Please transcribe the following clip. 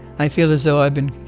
i feel as though i've been